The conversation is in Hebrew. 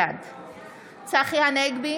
בעד צחי הנגבי,